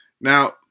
now